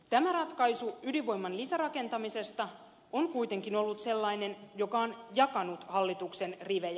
tämä ratkaisu ydinvoiman lisärakentamisesta on kuitenkin ollut sellainen joka on jakanut hallituksen rivejä